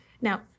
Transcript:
Now